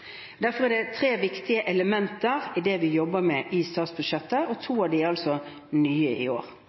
Derfor er det tre viktige elementer i det vi jobber med i statsbudsjettet, og to av dem er nye i år.